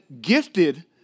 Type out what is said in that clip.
gifted